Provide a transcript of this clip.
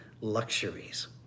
luxuries